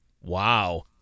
Wow